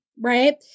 right